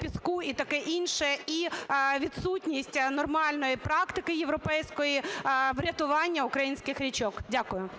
піску і таке інше, і відсутність нормальної практики європейської врятування українських річок. Дякую.